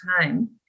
time